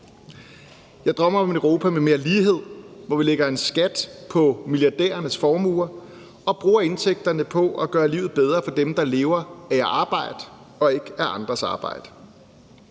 Jeg drømmer om et Europa med mere lighed, hvor vi lægger en skat på milliardærernes formuer og bruger indtægterne på at gøre livet bedre for dem, der lever af at arbejde, og ikke af andres arbejde.